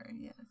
yes